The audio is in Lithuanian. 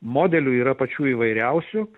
modelių yra pačių įvairiausių